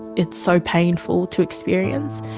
it's so painful to experience,